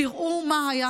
אסור להאמין